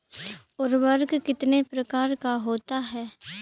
उर्वरक कितने प्रकार का होता है?